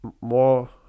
more